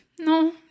No